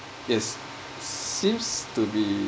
it's seems to be